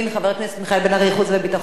חבר הכנסת מיכאל בן-ארי, חוץ וביטחון.